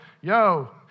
yo